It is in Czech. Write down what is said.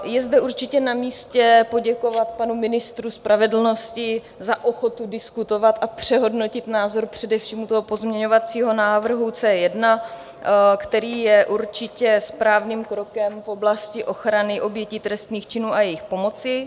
Je zde určitě namístě poděkovat panu ministru spravedlnosti za ochotu diskutovat a přehodnotit názor především u pozměňovacího návrhu C1, který je určitě správným krokem v oblasti ochrany obětí trestných činů a jejich pomoci.